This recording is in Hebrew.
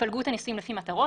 התפלגות הניסויים לפי מטרות,